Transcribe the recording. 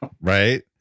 Right